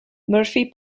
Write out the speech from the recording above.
murphy